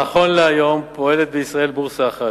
נכון להיום פועלת בישראל בורסה אחת,